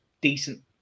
decent